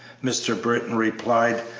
mr. britton replied,